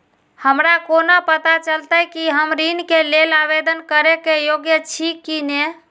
हमरा कोना पताा चलते कि हम ऋण के लेल आवेदन करे के योग्य छी की ने?